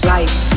Life